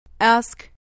Ask